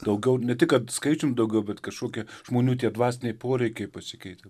daugiau ne tik kad skaičium daugiau bet kažkokie žmonių tie dvasiniai poreikiai pasikeitė